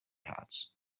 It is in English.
hats